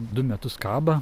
du metus kaba